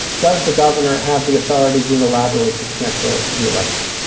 does the governor have the authority unilaterally to cancel the election?